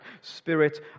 spirit